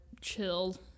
chilled